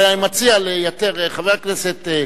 אדוני היושב-ראש, חברי הכנסת,